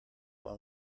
one